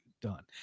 done